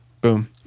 Boom